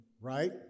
right